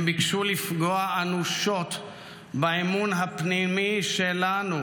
הם ביקשו לפגוע אנושות באמון הפנימי שלנו,